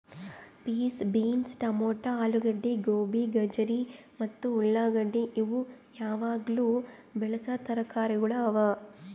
piece, beans, tomato, ಆಲೂಗಡ್ಡಿ, ಗೋಬಿ, ಗಜರಿ ಮತ್ತ ಉಳಾಗಡ್ಡಿ ಇವು ಯಾವಾಗ್ಲೂ ಬೆಳಸಾ ತರಕಾರಿಗೊಳ್ ಅವಾ